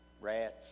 rats